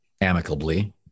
amicably